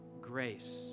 grace